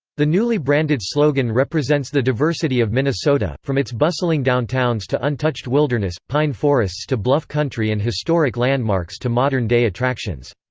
the newly branded slogan represents the diversity of minnesota, from its bustling downtowns to untouched wilderness, pine forests to bluff country and historic landmarks to modern-day attractions.